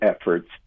efforts